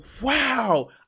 Wow